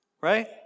Right